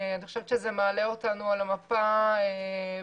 אני חושבת שזה מעלה אותנו על המפה בתור